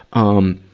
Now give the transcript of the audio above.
um,